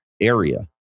area